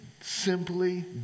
simply